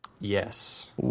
Yes